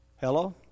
Hello